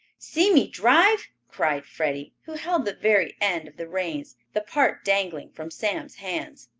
see me drive! cried freddie, who held the very end of the reins, the part dangling from sam's hands.